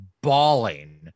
bawling